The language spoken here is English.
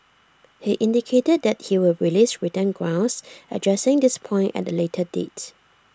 he indicated that he would release written grounds addressing this point at A later date